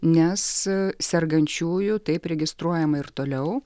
nes sergančiųjų taip registruojama ir toliau